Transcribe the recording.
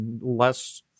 less